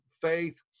faith